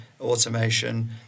automation